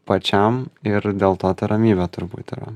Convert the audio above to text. pačiam ir dėl to ta ramybė turbūt yra